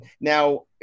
Now